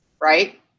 right